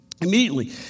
Immediately